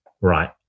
right